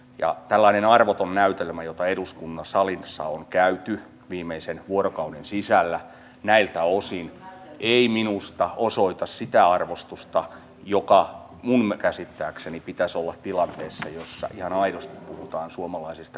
ja tällainen arvoton näytelmä jota eduskunnan salissa on käyty viimeisen vuorokauden sisällä näiltä osin ei minusta osoita sitä arvostusta jota minun käsittääkseni pitäisi olla tilanteessa jossa ihan aidosti puhutaan kaikkein pienituloisimmista suomalaisista